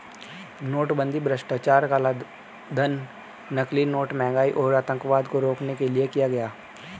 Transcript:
नोटबंदी भ्रष्टाचार, कालाधन, नकली नोट, महंगाई और आतंकवाद को रोकने के लिए किया गया